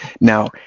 Now